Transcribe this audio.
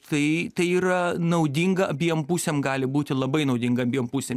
tai tai yra naudinga abiem pusėm gali būti labai naudinga abiem pusėm